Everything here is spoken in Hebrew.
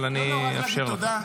אבל אני אאפשר לך.